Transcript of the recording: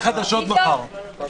ננעלה בשעה 20:42.